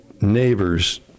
neighbors